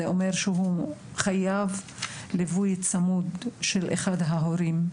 זה אומר שהוא חייב ליווי צמוד של אחד ההורים.